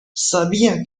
sabía